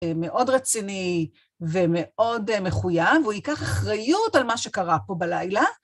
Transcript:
מאוד רציני ומאוד מחויב, והוא ייקח אחריות על מה שקרה פה בלילה.